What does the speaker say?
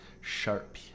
sharp